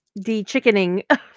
de-chickening